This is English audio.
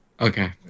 Okay